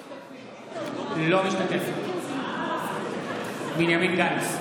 אינה משתתפת בהצבעה בנימין גנץ,